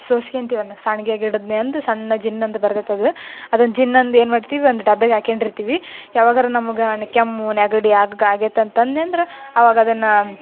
ಸೋಸ್ಕೊಂತಿವಿ ಅದನ್ನ ಸಾಣಿಗ್ಯಾಗ ಹಿಡಿದೆನಂದ್ ಸಣ್ಣ ಜಿನ್ನಂದು ಬರ್ತದೆ ಅದು ಅದನ್ನು ಜಿನ್ನಂದು ಏನು ಮಾಡ್ತೀವಿ ಒಂದು ಡಬ್ಬೆಗೆ ಹಾಕೊಂಡಿರ್ತಿವಿ ಯಾವಾಗರು ನಮ್ಗೆ ಕೆಮ್ಮು ನೆಗಡಿ ಹಾಗ್ ಹಾಗೇತ್ ಅಂತ ಅಂದೆನಂದ್ರ ಅವಾಗ ಅದನ್ನು